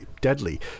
deadly